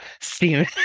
steam